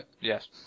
yes